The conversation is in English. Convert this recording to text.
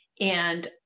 and-